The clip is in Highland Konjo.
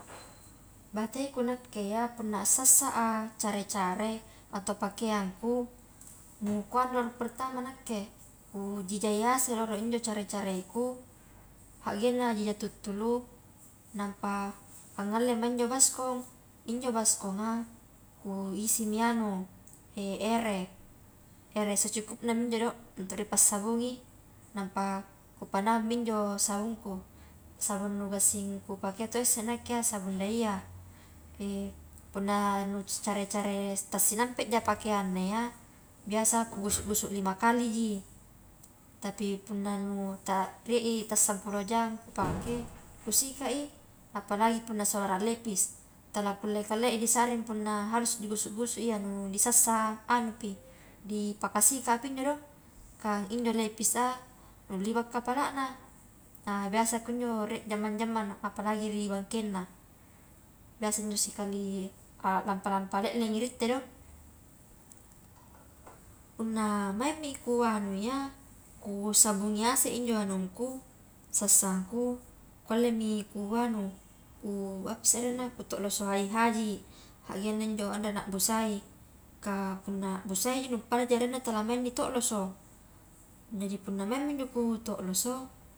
Bateku nakke iya punna asassa a care-care atau pakeangku, nu kuanu dolo pertama nake ku jijai hasai loro injo care-carengku hagengna jija tuttulu, nampa angallema njo baskom, injo baskomnga ku isimi anu, ere, ere secukupnami injo do untuk nipassabungi nampa kupanaungmi injo sabungku, sabung nu gassing kupakea to isse nakke iya sabun daia, punna nu care-care ta sinampeja pakeanna iya biasa kugusu-gusu limakaliji, tapi punna nu ta rie i sampulong jam kupake, kusikai, apalagi punna salora lepis, tala kulle kalea i disaring punna harus digusu-gusu iya, nu disassa anupi dipakasikapi injo do, ka injo lepis a nu liba kapalana nah biasa kunjo rie jammang-jammang apalagi ri bangkengna, biasa injo sikali a lampa-lampa le lengi ritte do, punna maingmi ku anu iya ku sabungi ase i injo anungku sassangku kuallemi kuanu ku apase arenna ku tolloso haji-haji, haggengna injo anre na busai, kah punna busaiji nu padaji arenna tala maing ni to loso, jadi punna maingmi injo ku to loso.